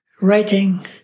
writing